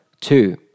Two